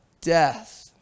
death